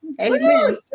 Amen